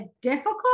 difficult